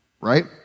right